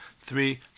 three